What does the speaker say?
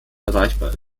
erreichbar